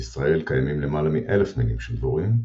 בישראל קיימים למעלה מאלף מינים של דבורים,